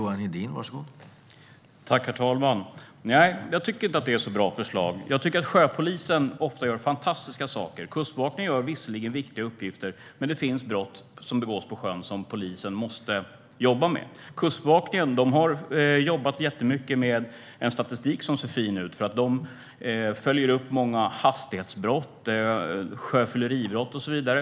Herr talman! Nej, jag tycker inte att det är ett särskilt bra förslag. Sjöpolisen gör ofta fantastiska saker. Kustbevakningen utför visserligen viktiga uppgifter, men det finns brott som begås på sjön som polisen måste jobba med. Kustbevakningen har jobbat mycket med en statistik som ser fin ut. De följer upp många hastighetsbrott, sjöfylleribrott och så vidare.